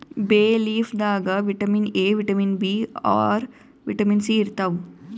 ಬೇ ಲೀಫ್ ದಾಗ್ vitamin A, vitamin B ಆರ್, ವಿಟಮಿನ್ ಸಿ ಇರ್ತವ್